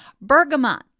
Bergamot